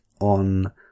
on